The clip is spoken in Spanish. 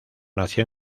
nació